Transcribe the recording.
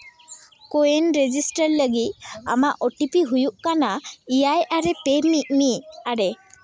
ᱠᱳᱭᱮᱱ register ᱞᱟᱹᱜᱤᱫ ᱟᱢᱟᱜ O T P ᱦᱩᱭᱩᱜ ᱠᱟᱱᱟ ᱮᱭᱟᱭ ᱟᱨᱮ ᱯᱮ ᱢᱤᱫ ᱢᱤᱫ ᱟᱨᱮ